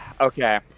Okay